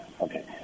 Okay